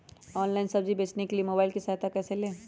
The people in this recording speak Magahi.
ऑनलाइन सब्जी बेचने के लिए मोबाईल की सहायता कैसे ले?